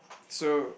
so